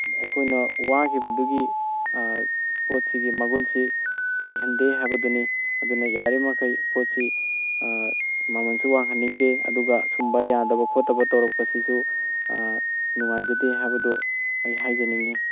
ꯑꯩꯈꯣꯏꯅ ꯋꯥꯈꯤꯕꯗꯨꯒꯤ ꯄꯣꯠꯁꯤꯒꯤ ꯃꯒꯨꯟꯁꯤ ꯂꯩꯍꯟꯗꯦ ꯍꯥꯏꯕꯗꯨꯅꯤ ꯑꯗꯨꯅ ꯌꯥꯔꯤꯕ ꯃꯈꯩ ꯄꯣꯠꯁꯤ ꯃꯃꯟꯁꯨ ꯋꯥꯡꯍꯟꯅꯤꯡꯗꯦ ꯑꯗꯨꯒ ꯁꯨꯝꯕ ꯌꯥꯗꯕ ꯈꯣꯠꯇꯕ ꯇꯧꯔꯛꯄꯁꯤꯁꯨ ꯅꯨꯡꯉꯥꯏꯖꯗꯦ ꯍꯥꯏꯕꯗꯨ ꯑꯩ ꯍꯥꯏꯖꯅꯤꯡꯏ